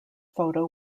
photo